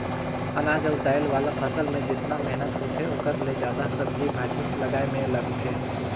अनाज अउ दायल वाला फसल मे जेतना मेहनत होथे ओखर ले जादा सब्जी भाजी लगाए मे लागथे